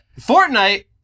Fortnite